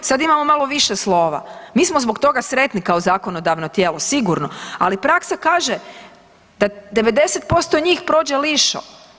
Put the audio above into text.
Sad imamo malo više slova, mi smo zbog toga sretni kao zakonodavno tijelo sigurno, ali praksa kaže da 90% njih prođe lišo.